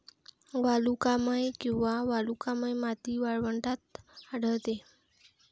वालुकामय किंवा वालुकामय माती वाळवंटात आढळते